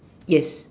yes